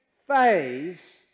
phase